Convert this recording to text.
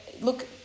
look